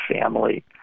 family